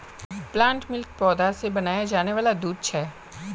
plant milk पौधा से बनाया जाने वाला दूध छे